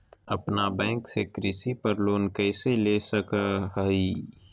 अपना बैंक से कृषि पर लोन कैसे ले सकअ हियई?